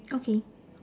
okay